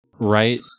Right